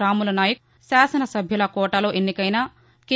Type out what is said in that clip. రాములు నాయక్ శాసన సభ్యుల కోటాలో ఎన్నికైన కె